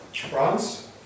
France